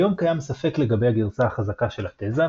כיום קיים ספק לגבי הגרסה החזקה של התזה,